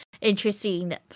interesting